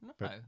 no